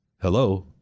hello